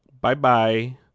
Bye-bye